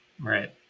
right